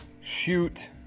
shoot